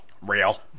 Real